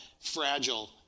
fragile